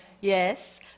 Yes